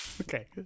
okay